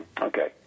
Okay